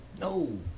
No